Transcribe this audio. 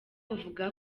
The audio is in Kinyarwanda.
buvuga